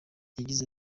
yagize